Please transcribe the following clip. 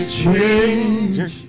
change